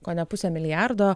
kone pusę milijardo